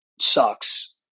sucks